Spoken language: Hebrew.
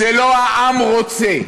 זה לא העם רוצה.